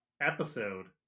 episode